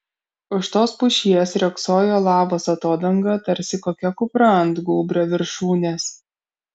už tos pušies riogsojo lavos atodanga tarsi kokia kupra ant gūbrio viršūnės